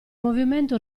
movimento